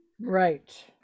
Right